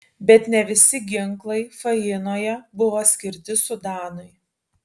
bet ne visi ginklai fainoje buvo skirti sudanui